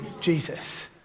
Jesus